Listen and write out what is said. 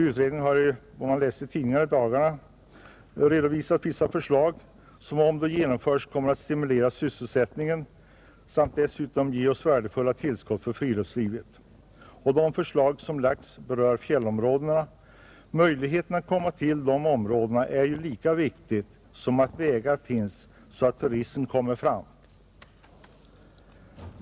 Utredningen har ju, enligt vad vi i dagarna kunnat läsa i tidningarna, redovisat vissa förslag som, om de genomförs, kommer att stimulera sysselsättningen samt ge oss värdefulla tillskott för friluftslivet. De förslag som lagts fram berör fjällområdena. Möjligheterna att komma till de områdena är ju lika viktiga som att vägar finns där när turisten kommer fram.